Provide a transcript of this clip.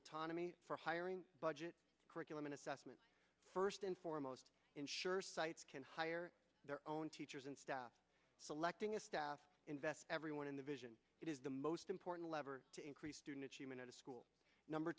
autonomy for hiring budget curriculum an assessment first and foremost ensure sites can hire their own teachers and staff selecting a staff invest everyone in the vision it is the most important lever to increase student achievement at a school number